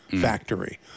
factory